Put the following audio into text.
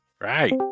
Right